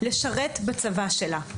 לשרת בצבא שלה.